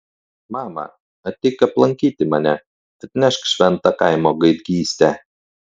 mama ateik aplankyti mane atnešk šventą kaimo gaidgystę